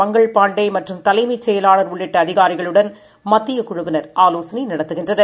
மங்க ள்பாண்டேமற்றும்தலைமைச்செயலாளர்உள்ளிட்டஅதி காரிகளுடன்மத்தியக்குழுவினர்ஆலோசனைநடத்துகின் றனர்